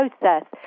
process